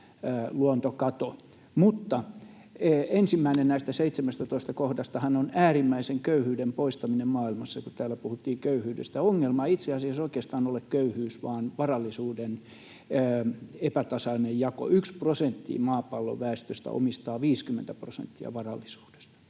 Mutta ensimmäinen näistä 17 kohdastahan on äärimmäisen köyhyyden poistaminen maailmassa — kun täällä puhuttiin köyhyydestä — ja ongelma ei itse asiassa oikeastaan ole köyhyys vaan varallisuuden epätasainen jako. 1 prosentti maapallon väestöstä omistaa 50 prosenttia varallisuudesta.